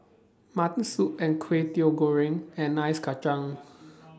Mutton Soup and Kway Teow Goreng and Ice Kachang